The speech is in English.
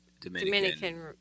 Dominican